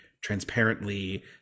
transparently